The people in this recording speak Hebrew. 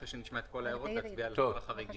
אחרי שנשמע את כל ההערות, נצביע על כל החריגים.